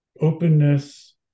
openness